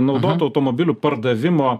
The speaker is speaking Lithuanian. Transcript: naudotų automobilių pardavimo